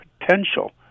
potential